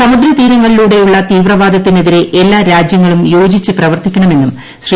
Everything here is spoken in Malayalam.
സമുദ്ര തീരങ്ങളിലൂടെയുള്ള തീവ്രവാദത്തിനെതിരെ എല്ലാ രാജ്യങ്ങളും യോജിച്ച് പ്രവർത്തിക്കണമെന്നും ശ്രീ